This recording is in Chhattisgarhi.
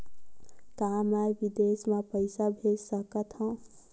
का मैं विदेश म पईसा भेज सकत हव?